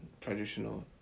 traditional